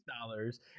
dollars